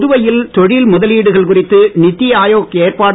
புதுவையில் தொழில் முதலீடுகள் குறித்து நீத்தி ஆயோக் ஏற்பாடு